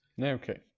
Okay